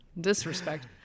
Disrespect